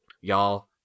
y'all